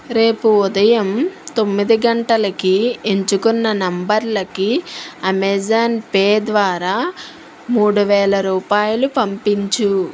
రేపు ఉదయం తొమ్మిది గంటలకి ఎంచుకున్న నంబరులకి అమెజాన్ పే ద్వారా మూడు వేల రూపాయలు పంపించు